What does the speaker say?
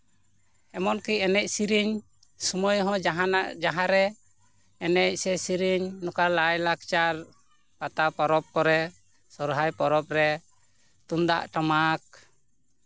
ᱮᱢᱚᱱ ᱠᱤ ᱮᱱᱮᱡ ᱥᱮᱨᱮᱧ ᱥᱚᱢᱚᱭ ᱦᱚᱸ ᱡᱟᱦᱟᱸᱱᱟᱜ ᱡᱟᱦᱟᱸᱨᱮ ᱮᱱᱮᱡ ᱥᱮ ᱥᱮᱨᱮᱧ ᱱᱚᱝᱠᱟ ᱞᱟᱭᱼᱞᱟᱠᱪᱟᱨ ᱯᱟᱛᱟ ᱯᱚᱨᱚᱵ ᱠᱚᱨᱮ ᱥᱚᱨᱦᱟᱭ ᱯᱚᱨᱚᱵ ᱨᱮ ᱛᱩᱢᱫᱟᱜ ᱴᱟᱢᱟᱠ